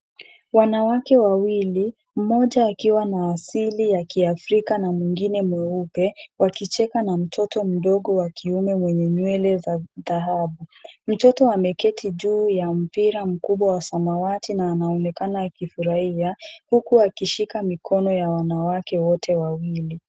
Wanawake wawili, mmoja akiwa na asili ya kiafrika na mwingine mweupe, wakicheka na mtoto mdogo wa kiume mwenye nywele za dhahabu. Mtoto ameketi juu ya mpira mkubwa wa samawati na anaonekana akifurahia huku akishika mikono ya wanawake wote wawili.